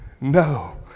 No